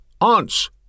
Aunts